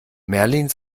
merlin